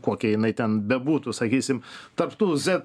kokia jinai ten bebūtų sakysim taptų zet